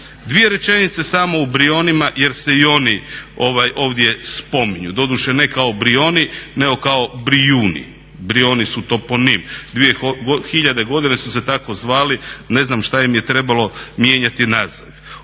Dvije rečenice samo o Brionima jer se i oni ovdje spominju, doduše ne kao Brioni nego kao Brijuni. Brioni su toponim. 2000 godina su se tako zvali, ne znam šta im je trebalo mijenjati naziv.